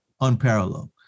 unparalleled